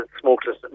smokeless